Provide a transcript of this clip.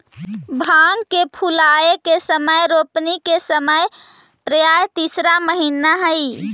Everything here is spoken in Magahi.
भांग के फूलाए के समय रोपनी के समय से प्रायः तीसरा महीना हई